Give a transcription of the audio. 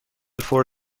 فور